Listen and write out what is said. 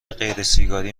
غیرسیگاری